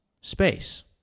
space